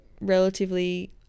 relatively